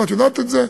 ואת יודעת את זה,